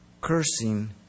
cursing